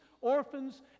orphans